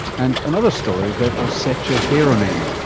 and another story that will set your hair on end,